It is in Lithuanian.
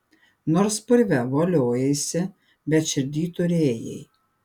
nors purve voliojaisi bet širdyj turėjai